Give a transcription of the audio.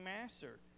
Master